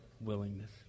willingness